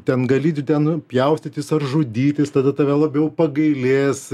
ten gali tu ten pjaustytis ar žudytis tada tave labiau pagailės